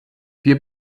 wir